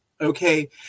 okay